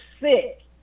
sick